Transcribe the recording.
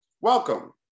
Welcome